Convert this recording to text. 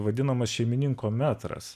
vadinamas šeimininko metras